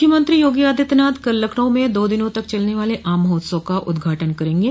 मुख्यमंत्री योगी आदित्यनाथ कल लखनऊ में दो दिनों तक चलने वाले आम महोत्सव का उद्घाटन करेंगे